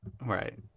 right